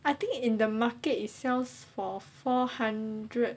I think in the market is sells for four hundred